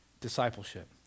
discipleship